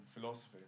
philosophy